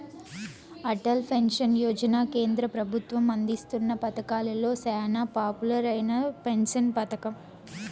Atal pension Yojana కేంద్ర పెబుత్వం అందిస్తున్న పతకాలలో సేనా పాపులర్ అయిన పెన్సన్ పతకం